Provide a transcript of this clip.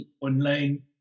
online